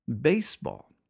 Baseball